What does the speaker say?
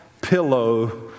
pillow